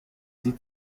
sie